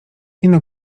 ino